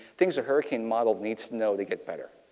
things hurricane models need to know to get better.